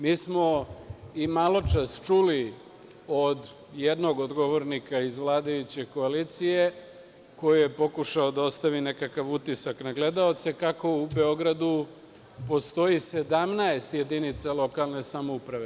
Mi smo i maločas čuli od jednog od govornika iz vladajuće koalicije, koji je pokušao da ostavi nekakav utisak na gledaoce, kako u Beogradu postoji 17 jedinica lokalne samouprave.